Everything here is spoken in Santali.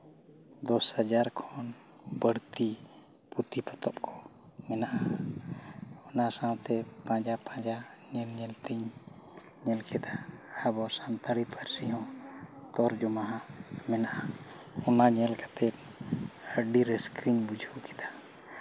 ᱫᱚᱥ ᱦᱟᱡᱟᱨ ᱠᱷᱚᱱ ᱵᱟᱹᱲᱛᱤ ᱯᱩᱛᱷᱤ ᱯᱚᱛᱚᱵ ᱠᱚ ᱢᱮᱱᱟᱜᱼᱟ ᱚᱱᱟ ᱥᱟᱶᱛᱮ ᱯᱟᱸᱡᱟ ᱯᱟᱸᱡᱟ ᱧᱮᱧ ᱧᱮᱞ ᱛᱤᱧ ᱧᱮᱞ ᱠᱮᱫᱟ ᱟᱵᱚ ᱥᱟᱱᱛᱟᱲᱤ ᱯᱟᱹᱨᱥᱤ ᱦᱚᱸ ᱛᱚᱨᱡᱚᱢᱟ ᱢᱮᱱᱟᱜᱼᱟ ᱚᱱᱟ ᱧᱮᱞ ᱠᱟᱛᱮ ᱟᱹᱰᱤ ᱨᱟᱹᱥᱠᱟᱹᱧ ᱵᱩᱡᱷᱟᱹᱣ ᱠᱮᱫᱟ